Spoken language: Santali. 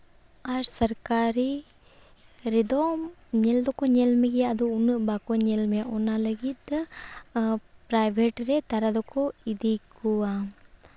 ᱟᱨ ᱥᱚᱨᱠᱟᱨᱤ ᱨᱮᱫᱚᱢ ᱧᱮᱞ ᱫᱚᱠᱚ ᱧᱮᱞ ᱢᱮᱜᱮᱭᱟ ᱟᱫᱚ ᱩᱱᱟᱹᱜ ᱵᱟᱠᱚ ᱧᱮᱞ ᱢᱮᱭᱟ ᱚᱱᱟ ᱞᱟᱹᱜᱤᱫ ᱛᱮ ᱯᱨᱟᱭᱵᱷᱮᱴ ᱨᱮ ᱛᱟᱨᱟ ᱫᱚᱠᱚ ᱤᱫᱤ ᱠᱚᱣᱟ